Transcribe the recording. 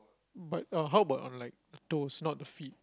but uh how about on like toes not the feet